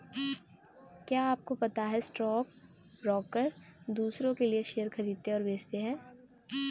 क्या आपको पता है स्टॉक ब्रोकर दुसरो के लिए शेयर खरीदते और बेचते है?